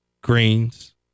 Greens